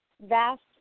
vast